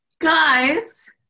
Guys